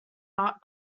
art